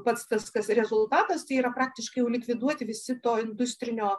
pats tas kas rezultatas tai yra praktiškiau likviduoti visi to industrinio